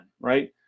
right